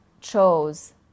chose